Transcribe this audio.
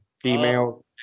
female